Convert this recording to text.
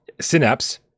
synapse